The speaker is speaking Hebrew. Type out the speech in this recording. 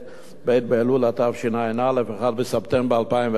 ב' באלול התשע"א, 1 בספטמבר 2011,